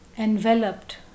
Enveloped